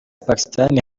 pakistan